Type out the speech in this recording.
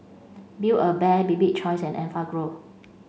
Build A Bear Bibik choice and Enfagrow